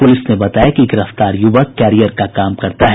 police ने बताया कि गिरफ्तार युवक कैरियर का काम करता है